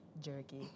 jerky